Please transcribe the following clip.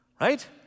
Right